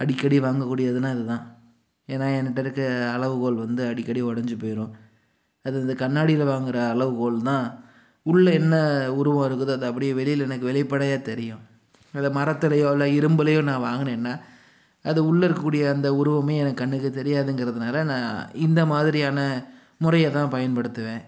அடிக்கடி வாங்க கூடியதுன்னா இதுதான் ஏனா ஏங்கிட்ட இருக்க அளவுகோல் வந்து அடிக்கடி உடஞ்சி போயிரும் அது இந்த கண்ணாடியில வாங்கற அளவுகோல் தான் உள்ள என்ன உருவோம் இருக்குதோ அதை அப்படியே வெளியில எனக்கு வெளிப்படையாக தெரியும் அதை மரத்துலயோ இல்லை இரும்புலயோ நான் வாங்னேன்னா அது உள்ள இருக்கக்கூடிய அந்த உருவமே எனக்கு கண்ணுக்கு தெரியாதுங்கறதுனால நான் இந்தமாதிரியான முறைய தான் பயன்படுத்துவேன்